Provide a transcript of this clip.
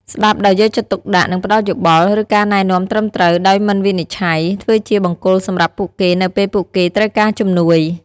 ស្ដាប់ដោយយកចិត្តទុកដាក់ និងផ្ដល់យោបល់ ឬការណែនាំត្រឹមត្រូវ ដោយមិនវិនិច្ឆ័យ ធ្វើជាបង្គោលសម្រាប់ពួកគេនៅពេលពួកគេត្រូវការជំនួយ ។